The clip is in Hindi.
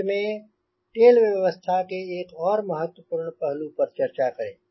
अंत में टेल व्यवस्था के एक और महत्वपूर्ण पहलू पर चर्चा करें